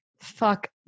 Fuck